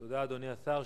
תודה, אדוני השר.